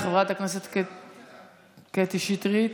חברת הכנסת קטי שטרית.